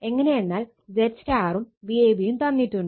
എങ്ങനെയെന്നാൽ ZY യും Vab തന്നിട്ടുണ്ട്